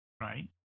right